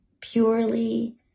purely